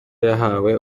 yahawe